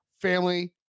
family